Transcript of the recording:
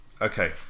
Okay